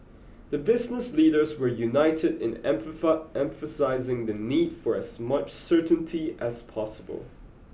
the business leaders were united in emphasising the need for as much certainty as possible